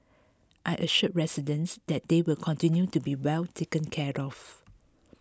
I assured residents that they will continue to be well taken care of